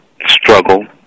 struggle